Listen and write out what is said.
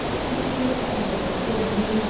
but it was evident that daubeney,